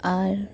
ᱟᱨ